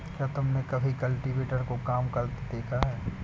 क्या तुमने कभी कल्टीवेटर को काम करते देखा है?